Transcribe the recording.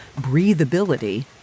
breathability